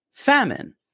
Famine